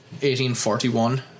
1841